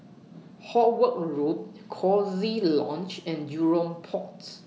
Howard Road Coziee Lodge and Jurong Port